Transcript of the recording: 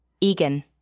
Egan